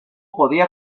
podía